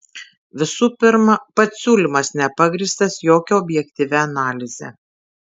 visų pirma pats siūlymas nepagrįstas jokia objektyvia analize